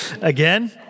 again